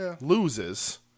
loses